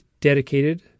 dedicated